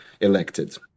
elected